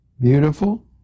beautiful